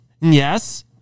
yes